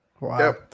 Wow